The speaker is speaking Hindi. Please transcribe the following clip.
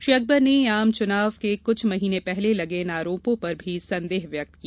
श्री अकबर ने आम चुनाव के कुछ महीने पहले लगे इन आरोपो पर भी संदेह व्यक्त किया